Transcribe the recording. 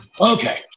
Okay